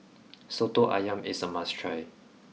Soto Ayam is a must try